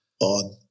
on